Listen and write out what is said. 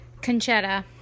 Conchetta